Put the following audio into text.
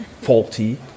faulty